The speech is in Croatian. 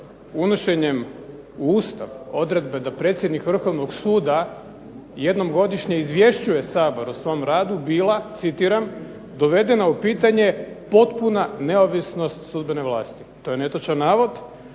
unošenjem u Ustav odredbe da predsjednik Vrhovnog suda jednom godišnje izvješćuje Sabor o svom radu bila, citiram: "dovedena u pitanje potpuna neovisnost sudbene vlasti." To je netočan navod,